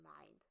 mind